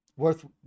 worth